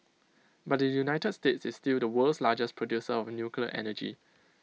but the united states is still the world's largest producer of nuclear energy